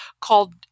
called